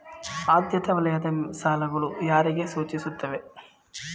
ಆದ್ಯತಾ ವಲಯದ ಸಾಲಗಳು ಯಾರಿಗೆ ಸೂಚಿಸುತ್ತವೆ?